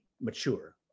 mature